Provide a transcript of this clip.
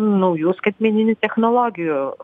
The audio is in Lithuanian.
naujų skaitmeninių technologijų